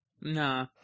Nah